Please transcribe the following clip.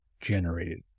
generated